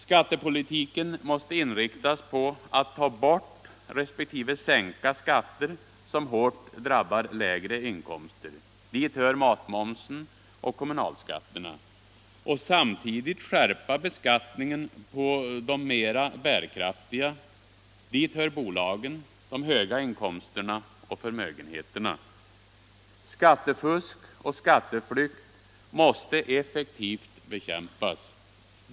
Skattepolitiken måste inriktas på att ta bort resp. sänka skatter som hårt drabbar lägre inkomster — dit hör matmomsen och kommunalskatterna — och samtidigt skärpa beskattningen på de mera bärkraftiga — dit hör bolagen, människor med höga inkomster och med förmögenheter. Skattefusk och skatteflykt måste effektivt bekämpas.